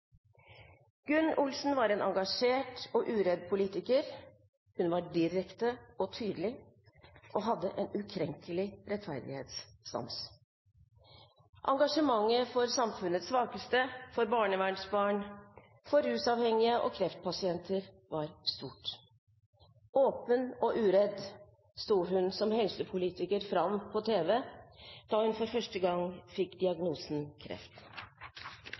Gunn Olsen var en engasjert og uredd politiker. Hun var direkte og tydelig og hadde en ukrenkelig rettferdighetssans. Engasjementet for samfunnets svakeste, for barnevernsbarn, for rusavhengige og for kreftpasienter var stort. Åpen og uredd sto hun som helsepolitiker fram på tv da hun for første gang fikk diagnosen kreft.